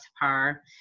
par